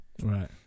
Right